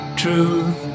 truth